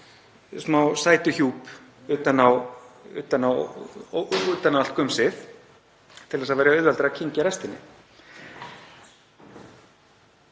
smá sætuhjúp utan um allt gumsið til að það væri auðveldara að kyngja restinni.